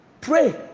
Pray